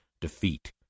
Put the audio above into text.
defeat